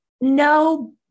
No